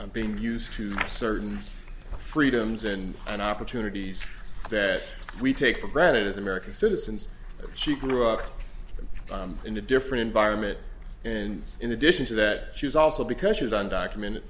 and being used to certain freedoms and an opportunities that we take for granted as american citizens she grew up in a different environment and in addition to that she's also because she's undocumented